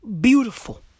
Beautiful